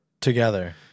Together